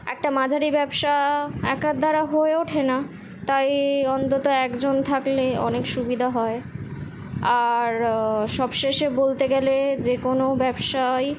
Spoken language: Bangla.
একটা মাঝারি ব্যবসা একার দ্বারা হয়ে ওঠে না তাই অন্তত একজন থাকলে অনেক সুবিধা হয় আর সব শেষে বলতে গেলে যে কোনো ব্যবসাই